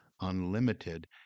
unlimited